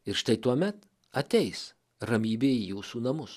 ir štai tuomet ateis ramybė į jūsų namus